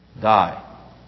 Die